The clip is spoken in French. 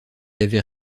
avait